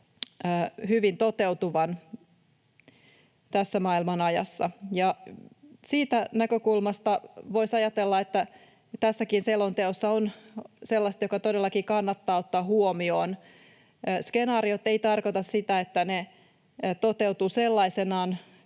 hyvin tässä maailmanajassa. Siitä näkökulmasta voisi ajatella, että tässäkin selonteossa on sellaista, joka todellakin kannattaa ottaa huomioon. Skenaariot eivät tarkoita sitä, että ne toteutuvat välttämättä